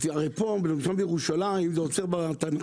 לא, לא, הרי פה למשל בירושלים זה עוצר בתנכ"י,